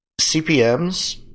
CPMs